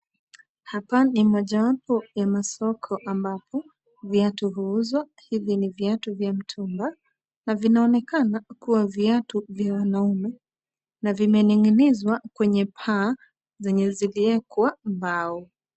Hapa ni mojawapo ya masoko ambapo viatu huuzwa. Hivi ni viatu vya mtumba na vinaonekana kuwa viatu vya wanaume na vimening'inizwa kwenye paa zenye ziliwekwa mbao.